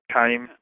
time